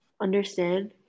understand